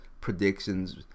predictions